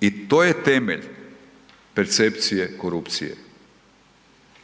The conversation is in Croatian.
I to je temelj percepcije korupcije.